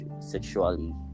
sexually